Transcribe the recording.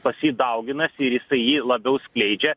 pas jį dauginasi ir jisai jį labiau skleidžia